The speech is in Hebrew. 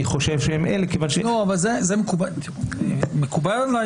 אני חושב שהם אלה --- מקובל עלי